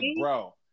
bro